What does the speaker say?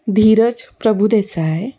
Dhiraj Prabhudesai